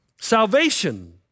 salvation